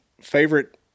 favorite